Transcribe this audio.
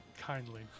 kindly